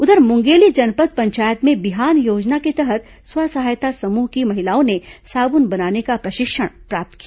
उधर मुंगेली जनपद पंचायत में बिहान योजना के तहत स्व सहायता समूह की महिलाओं ने साबुन बनाने का प्रशिक्षण प्राप्त किया